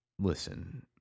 Listen